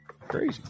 Crazy